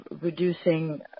reducing